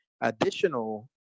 additional